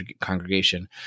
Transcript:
congregation –